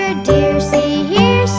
ah dear see here,